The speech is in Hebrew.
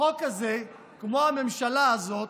החוק הזה, כמו הממשלה הזאת,